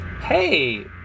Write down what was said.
Hey